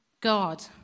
God